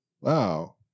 wow